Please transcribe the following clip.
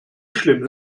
schlimm